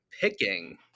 picking